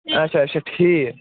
اَچھا اَچھا ٹھیٖک